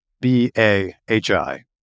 B-A-H-I